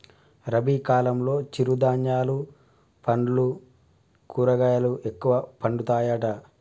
రబీ కాలంలో చిరు ధాన్యాలు పండ్లు కూరగాయలు ఎక్కువ పండుతాయట